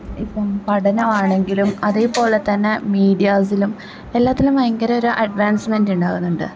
ഇപ്പം പഠനവാണെങ്കിലും അതെപോലെ തന്നെ മീഡിയാസിലും എല്ലാത്തിലും ഭയങ്കര ഒരു അഡ്വാൻസ്മെൻറ്റുണ്ടാവുന്നുണ്ട്